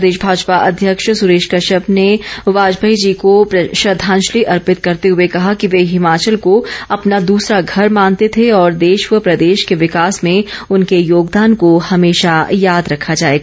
प्रदेश भाजपा अध्यक्ष सुरेश कश्यप ने वाजपेयी जी को श्रद्धांजलि अर्पित करते हुए कहा कि वे हिमाचल को अपना दूसरा घर मानते थे और देश व प्रदेश के विकास में उनके योगदान को हमेशा याद रखा जाएगा